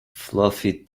fluffy